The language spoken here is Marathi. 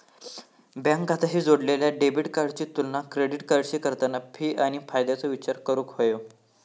बँक खात्याशी जोडलेल्या डेबिट कार्डाची तुलना क्रेडिट कार्डाशी करताना फी आणि फायद्याचो विचार करूक हवो